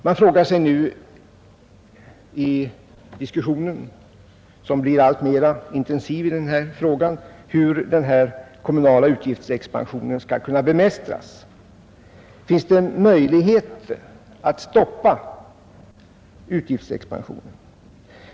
Man frågar sig i diskussionen, som blir alltmer intensiv på det här området, hur denna kommunala utgiftsexpansion skall kunna bemästras. Finns det möjligheter att stoppa upp den kommunala utgiftsexpansionen?